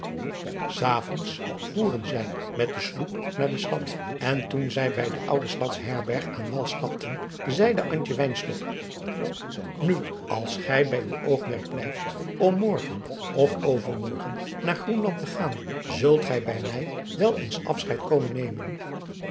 s avonds voeren zij met de sloep naar de stad en toen zij bij de oude stads herberg aan wal stapten zeide antje wynstok nu als gij bij uw oogmerk blijft om morgen of overmorgen naar groenland te gaan zult gij bij mij wel eens afscheid komen nemen